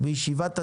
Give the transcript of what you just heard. בישיבת הדרום.